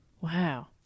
Wow